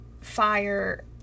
fire